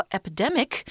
Epidemic